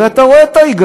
הרי אתה רואה את ההיגיון,